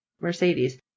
Mercedes